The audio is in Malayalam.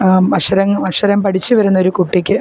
അക്ഷരം അക്ഷരം പഠിച്ചു വരുന്ന ഒരു കുട്ടിക്ക്